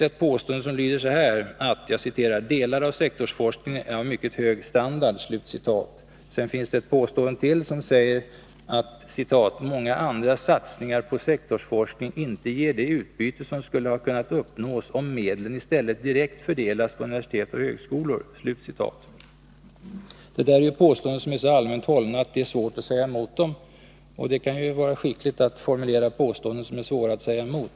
Ett påstående lyder så här: ”Delar av sektorsforskningen är av mycket hög standard.” Sedan kommer ett påstående till, som säger att ”många andra satsningar på sektorsforskning inte ger det utbyte som skulle ha kunnat uppnås om medlen i stället direkt fördelas på universitet och högskolor”. De här påståendena är så allmänt hållna att det är svårt att säga emot dem, och det kan ju vara skickligt att formulera påståenden som är svåra att säga emot.